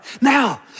Now